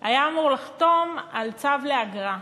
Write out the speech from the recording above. היה אמור לחתום על צו לאגרה,